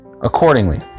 accordingly